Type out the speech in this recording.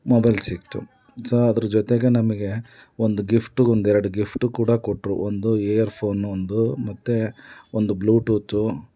mobile ಸಿಕ್ತು so ಅದ್ರ ಜೊತೆಗೆ ನಮಗೆ ಒಂದು ಗಿಫ್ಟು ಒಂದೆರಡು ಗಿಫ್ಟು ಕೂಡ ಕೊಟ್ಟರು ಒಂದು ಏರ್ಫೋನ್ ಒಂದು ಮತ್ತು ಒಂದು ಬ್ಲೂಟೂತ್ತು